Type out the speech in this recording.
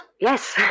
Yes